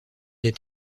est